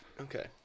Okay